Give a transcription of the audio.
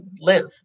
live